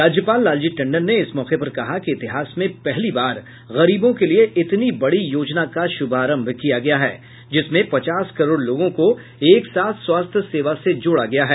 राज्यपाल लालजी टंडन ने इस मौके पर कहा कि इतिहास में पहली बार गरीबों के लिए इतनी बडी योजना का शुभारम्भ किया गया है जिसमें पचास करोड लोगों को एक साथ स्वास्थ्य सेवा से जोड़ा गया है